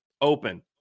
open